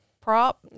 prop